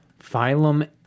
phylum